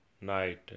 night